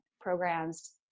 programs